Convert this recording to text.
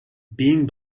being